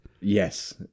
Yes